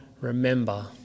remember